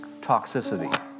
toxicity